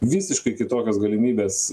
visiškai kitokios galimybės